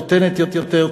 נותנת יותר,